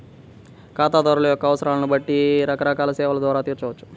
ఖాతాదారుల యొక్క అవసరాలను బట్టి రకరకాల సేవల ద్వారా తీర్చవచ్చు